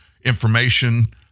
information